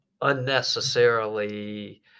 unnecessarily